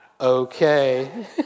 Okay